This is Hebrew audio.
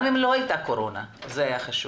גם אם לא הייתה קורונה זה היה חשוב.